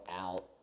out